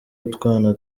utwana